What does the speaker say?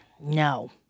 No